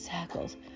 circles